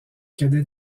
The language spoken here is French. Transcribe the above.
cadet